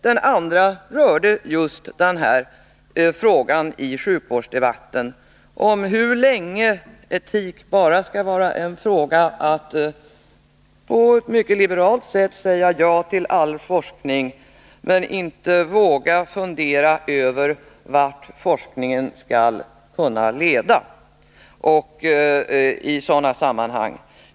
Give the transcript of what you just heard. Den andra rörde just den fråga som aktualiserades i sjukvårdsdebatten, om hur länge etik bara skall gälla att man på ett mycket liberalt sätt säger ja till all forskning men inte skall våga fundera över vart forskningen skall kunna leda i sådana sammanhang.